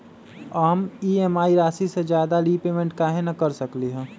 हम ई.एम.आई राशि से ज्यादा रीपेमेंट कहे न कर सकलि ह?